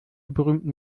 berühmten